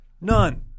none